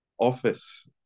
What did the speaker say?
office